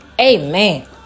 amen